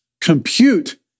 compute